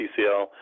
TCL